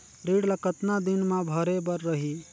ऋण ला कतना दिन मा भरे बर रही?